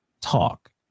talk